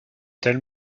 telle